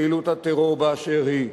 פעילות הטרור באשר היא,